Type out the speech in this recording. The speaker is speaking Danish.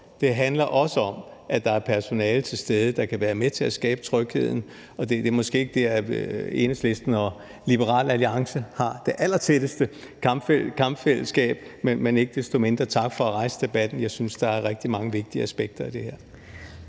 det handler også om – at der er personale til stede, der kan være med til at skabe trygheden. Det er måske ikke der, Enhedslisten og Liberal Alliance har det allertætteste kampfællesskab, men ikke desto mindre tak for at rejse debatten. Jeg synes, der er rigtig mange vigtige aspekter i det her.